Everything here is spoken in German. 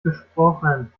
besprochen